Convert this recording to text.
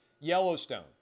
Yellowstone